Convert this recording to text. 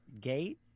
gate